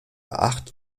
acht